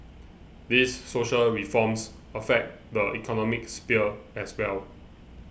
these social reforms affect the economic sphere as well